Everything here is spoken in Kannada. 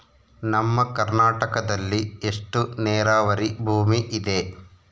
ನಮ್ಮ ಕರ್ನಾಟಕದಲ್ಲಿ ಎಷ್ಟು ನೇರಾವರಿ ಭೂಮಿ ಇದೆ?